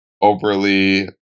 overly